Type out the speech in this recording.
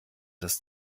des